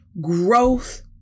growth